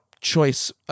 choice